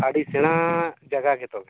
ᱟᱹᱰᱤ ᱥᱮᱲᱟ ᱡᱟᱭᱜᱟ ᱜᱮ ᱛᱚᱵᱮ